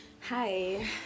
hi